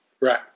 Right